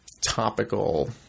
topical